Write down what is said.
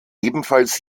ebenfalls